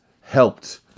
helped